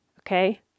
Okay